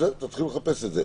תתחילו לחפש את זה.